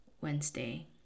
Wednesday